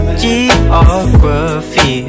geography